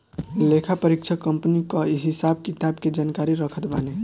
लेखापरीक्षक कंपनी कअ हिसाब किताब के जानकारी रखत बाने